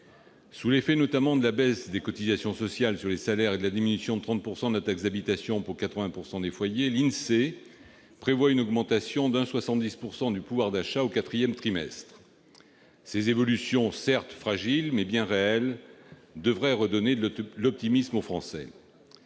Sous l'effet, notamment, de la baisse des cotisations sociales sur les salaires et de la diminution de 30 % de la taxe d'habitation pour 80 % des foyers, l'INSEE prévoit une augmentation de 1,7 % du pouvoir d'achat au quatrième trimestre. Ces évolutions, certes fragiles, mais bien réelles, devraient redonner de l'optimisme aux Français.